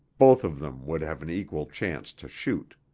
both of them would have an equal chance to shoot.